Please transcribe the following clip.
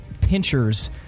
pinchers